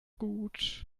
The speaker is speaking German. gut